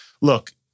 look